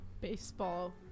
Baseball